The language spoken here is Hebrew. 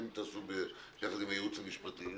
שתעשו יחד עם הייעוץ המשפטי.